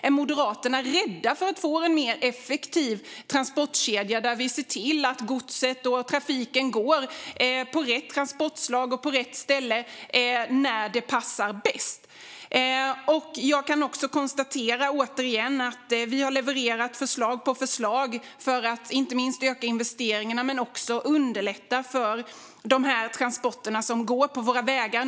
Är Moderaterna rädda för att få en mer effektiv transportkedja där vi ser till att godset och trafiken går på rätt transportslag och på rätt ställe när det passar bäst? Jag kan också återigen konstatera att vi har levererat förslag på förslag för att inte minst öka investeringarna men också underlätta för de här transporterna som går på våra vägar.